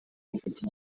ifite